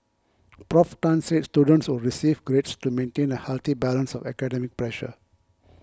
Prof Tan said students would still receive grades to maintain a healthy balance of academic pressure